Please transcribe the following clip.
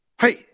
hey